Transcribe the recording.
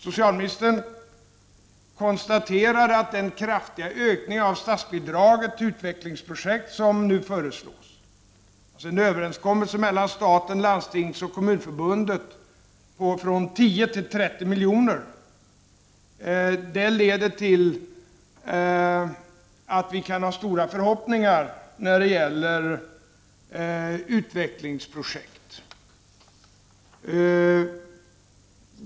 Socialministern konstaterade att den kraftiga ökningen av statsbidraget till utvecklingsprojekt, från 10 till 30 miljoner, som nu föreslås, efter en överenskommelse mellan staten, Landstingsoch Kommunförbunden, kommer att leda till att vi kan ha stora förhoppningar när det gäller utvecklingsprojekt.